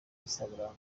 instagram